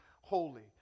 holy